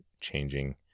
changing